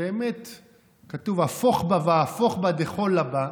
שבאמת כתוב: הפוך בה והפוך בה דכולא בה.